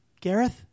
Gareth